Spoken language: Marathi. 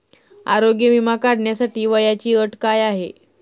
आरोग्य विमा काढण्यासाठी वयाची अट काय आहे?